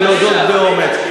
אם יקרה משהו, ולהודות באומץ.